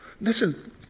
Listen